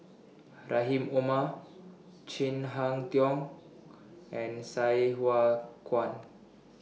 Rahim Omar Chin Harn Tong and Sai Hua Kuan